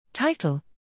Title